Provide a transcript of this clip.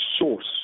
source